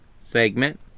segment